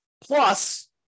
Plus